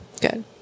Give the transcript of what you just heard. Good